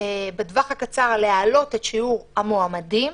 בטווח הקצר להעלות את שיעור המועמדים,